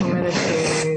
זאת אומרת,